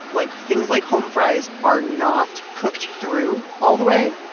like things like home fries, are not cooked through all the way.